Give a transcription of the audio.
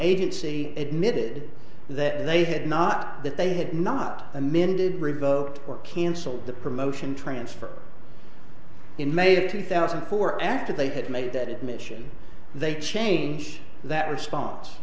agency admitted that they had not that they had not a minute it revoked or cancelled the promotion transfer in may two thousand and four after they had made that mission they change that response